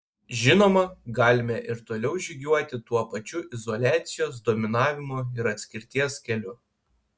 žinoma galime ir toliau žygiuoti tuo pačiu izoliacijos dominavimo ir atskirties keliu